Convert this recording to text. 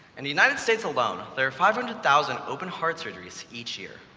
and the united states alone, there are five hundred thousand open-heart surgeries each year.